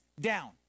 down